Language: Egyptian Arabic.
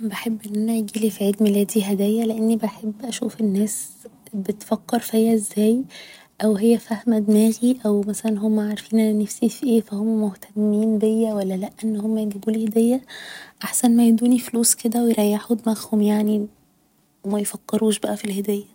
بحب أن أنا يجيلي في عيد ميلادي هدايا لأني بحب أشوف الناس بتفكر فيا ازاي او هي فاهمة دماغي او مثلا هما عارفين أنا نفسي في ايه ف هما مهتمين بيا ولا لا ان هما يجيبولي هدية احسن ما يدوني فلوس كده و يريحوا دماغهم يعني و مايفكروش بقا في الهدية